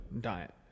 diet